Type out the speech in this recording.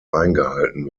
eingehalten